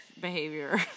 behavior